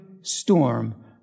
storm